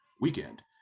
weekend